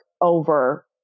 over